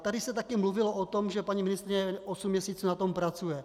Tady se taky mluvilo o tom, že paní ministryně osm měsíců na tom pracuje.